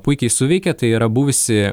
puikiai suveikė tai yra buvusi